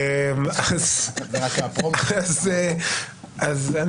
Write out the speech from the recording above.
אז אני